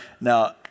now